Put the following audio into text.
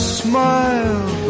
smile